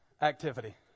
activity